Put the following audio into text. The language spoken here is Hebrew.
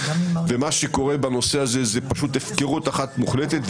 ומה שקורה בנושא הזה זה פשוט הפקרות אחת מוחלטת.